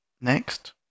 next